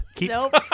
Nope